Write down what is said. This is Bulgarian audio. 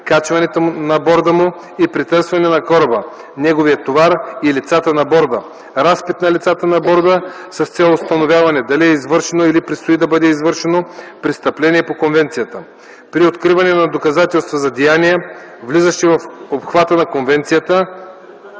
качване на борда му и претърсване на кораба, неговия товар и лицата на борда; разпит на лицата на борда с цел установяване дали е извършено или предстои да бъде извършено престъпление по Конвенцията. При откриване на доказателства за деяния, влизащи в обхвата на Конвенцията,